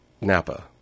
NAPA